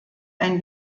ein